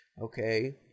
Okay